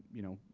you know,